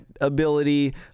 ability